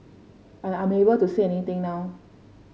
I am unable to say anything now